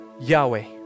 Yahweh